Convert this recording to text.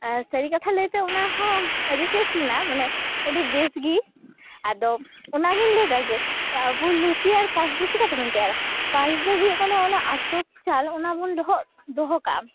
ᱥᱟᱹᱨᱤ ᱠᱟᱛᱷᱟ ᱞᱟᱹᱭᱛᱮ ᱚᱱᱟᱦᱚᱸ ᱟᱹᱰᱤ ᱴᱮᱥᱴ ᱞᱮᱱᱟ ᱢᱟᱱᱮ ᱟᱹᱰᱤ ᱵᱮᱥᱜᱮ ᱟᱫᱚ ᱚᱱᱟᱜᱮᱧ ᱞᱟᱹᱭᱫᱟ ᱡᱮ ᱟᱵᱚ ᱞᱩᱪᱤ ᱟᱨ ᱯᱟᱭᱮᱥᱫᱚ ᱪᱤᱠᱟᱹᱛᱮᱵᱚᱱ ᱛᱮᱭᱟᱨᱟ ᱯᱟᱭᱮᱥᱫᱚ ᱦᱩᱭᱩᱜ ᱠᱟᱱᱟ ᱚᱱᱟ ᱟᱛᱚᱯ ᱪᱟᱞ ᱚᱱᱟᱵᱚᱱ ᱞᱚᱦᱚᱫ ᱫᱚᱦᱚᱠᱟᱜᱼᱟ